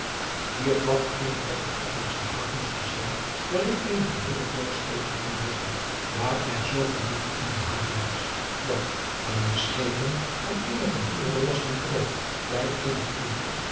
ier plagt eene der voortreffelijkste havens te zijn waarin eene geheele vloot schepen kon liggen daar er zoo veel diepte in die haven was dat wanneer schepen van eenige honderde lasten groot bij eenig toeval